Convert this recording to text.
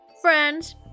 Friends